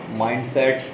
mindset